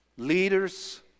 Leaders